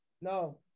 No